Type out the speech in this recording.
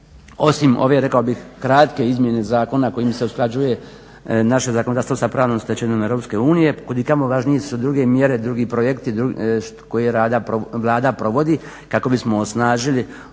bih kratke izmjene zakona kojim se usklađuje naše zakonodavstvo sa pravnom stečevinom EU, kud i kamo važnije su druge mjere, drugi projekti koje Vlada provodi kako bi smo osnažili ovaj